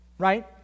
right